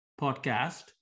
podcast